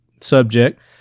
subject